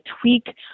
tweak